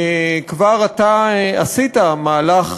כבר עתה עשית מהלך,